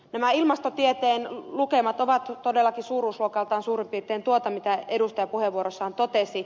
nämä ilmastotieteen lukemat ovat todellakin suuruusluokaltaan suurin piirtein tuota mitä edustaja puheenvuorossaan totesi